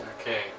Okay